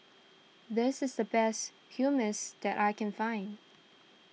this is the best Hummus that I can find